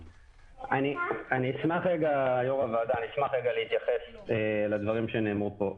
אשמח להתייחס לדברים שנאמרו פה.